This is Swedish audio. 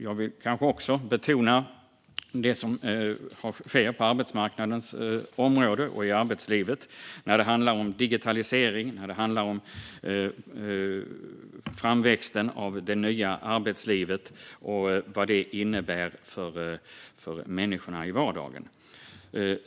Jag vill kanske också betona det som sker på arbetsmarknadens område och i arbetslivet. Det handlar om digitalisering, om framväxten av det nya arbetslivet och om vad det innebär för människorna i vardagen.